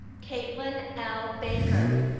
caitlin l. baker.